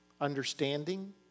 understanding